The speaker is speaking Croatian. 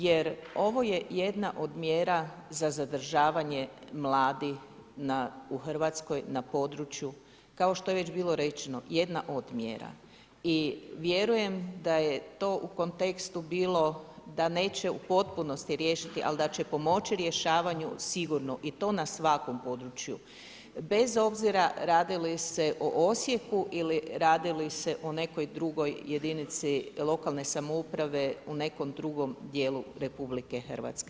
Jer ovo je jedna od mjera za zadržavanje mladih u Hrvatskoj na području, kao što je već bilo rečeno, jedna od mjera i vjerujem da je to u kontekstu bilo da neće u potpunosti riješiti ali da će pomoći rješavanju, sigurno, i to na svakom području bez obzira radi li se o Osijeku ili radi li se o nekoj drugoj jedinici lokalne samouprave u nekom drugom djelu RH.